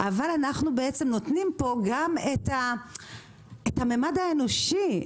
אבל אנחנו בעצם נותנים פה גם את הממד האנושי.